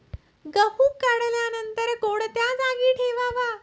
गहू काढल्यानंतर कोणत्या जागी ठेवावा?